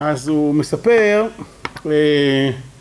אז הוא מספר, ו...